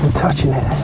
touching it.